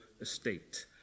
estate